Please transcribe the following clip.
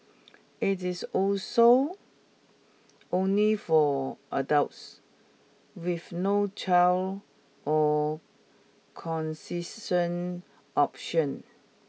it is also only for adults with no child or concession option